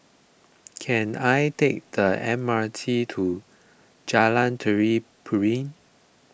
can I take the M R T to Jalan Tari Piring